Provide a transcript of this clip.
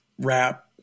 Rap